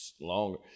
longer